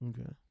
Okay